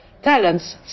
Talents